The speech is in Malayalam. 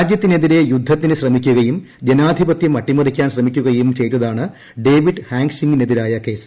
രാജ്യത്തിനെതിരെ യുദ്ധത്തിന് ശ്രമിക്കുകയും ജനാധിപതൃം അട്ടിമറിക്കാൻ ശ്രമിക്കുകയും ചെയ്തതാണ് ഡേവിഡ് ഹാങ്ഷിങിനെതിരായ കേസ്